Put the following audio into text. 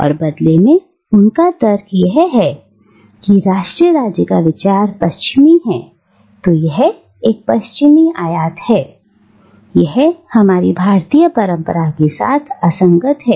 और बदले में उनका तर्क है कि राष्ट्र राज्य का विचार पश्चिमी है तो यह एक पश्चिमी आयात है यह हमारी भारतीय परंपरा के साथ असंगत है